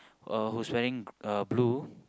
uh who's wearing uh blue